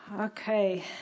Okay